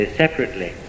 separately